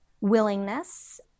willingness